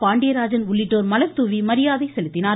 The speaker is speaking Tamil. பாண்டியராஜன் உள்ளிட்டோர் மலர்தாவி மரியாதை செலுத்தினார்கள்